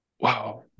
wow